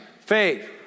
Faith